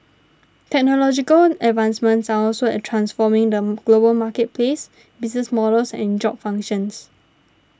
technological advancements are also a transforming them global marketplace business models and job functions